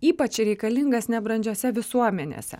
ypač reikalingas nebrandžiose visuomenėse